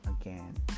again